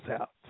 out